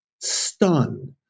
Stunned